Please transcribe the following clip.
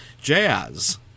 Jazz